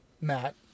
Matt